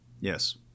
Yes